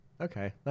Okay